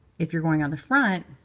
if you're going on the front,